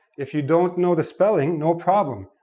if you don't know the spelling, no problem.